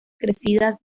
crecidas